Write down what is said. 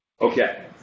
okay